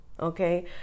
okay